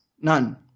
none